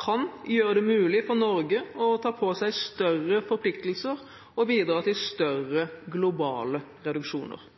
kan gjøre det mulig for Norge å ta på seg større forpliktelser og bidra til større globale reduksjoner.